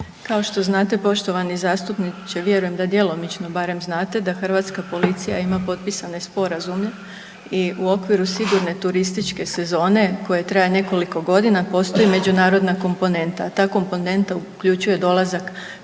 Kao što znate poštovani zastupnici vjerujem da djelomično barem znate da Hrvatska policija ima potpisane sporazume i u okviru sigurne turističke sezone koja traje nekoliko godina postoji međunarodna komponenta, a ta komponenta uključuje dolazak